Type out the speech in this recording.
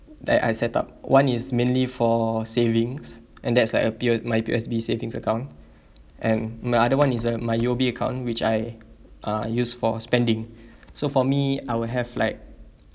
that I set up one is mainly for savings and that's like a p~ uh my P_O_S_B savings account and my other one is uh my U_O_B account which I uh use for spending so for me I will have like